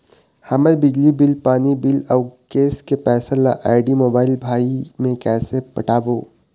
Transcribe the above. हमर बिजली बिल, पानी बिल, अऊ गैस के पैसा ला आईडी, मोबाइल, भाई मे कइसे पटाबो?